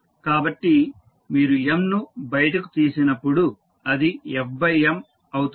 కాబట్టి మీరు M ను బయటకు తీసినప్పుడు అది f M అవుతుంది